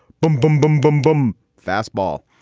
boom, boom. boom, boom, boom fast ball.